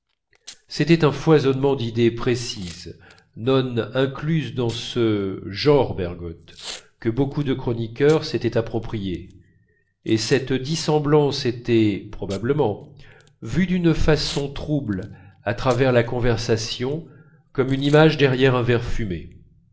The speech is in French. c'était un foisonnement d'idées précises non incluses dans ce genre bergotte que beaucoup de chroniqueurs s'étaient approprié et cette dissemblance était probablement vue d'une façon trouble à travers la conversation comme une image derrière un verre fumé